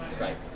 Right